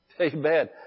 Amen